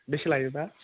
बेसे लायोबा